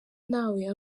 nawe